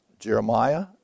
Jeremiah